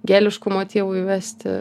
geliškų motyvų įvesti